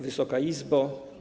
Wysoka Izbo!